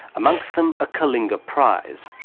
amongst them a kalinga prize.